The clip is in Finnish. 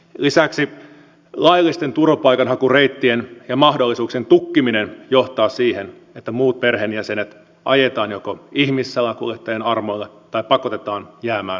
lisäksi laillisten turvapaikanhakureittien ja mahdollisuuksien tukkiminen johtaa siihen että muut perheenjäsenet ajetaan joko ihmissalakuljettajien armoille tai pakotetaan jäämään sodan keskelle